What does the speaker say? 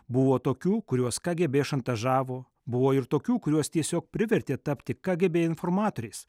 buvo tokių kuriuos kgb šantažavo buvo ir tokių kuriuos tiesiog privertė tapti kgb informatoriais